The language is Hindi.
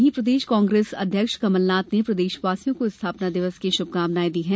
वहीं प्रदेश कांगेश अध्यक्ष कमलनाथ ने प्रदेशवासियों को स्थापना दिवस की शुभकामनाएं दी हैं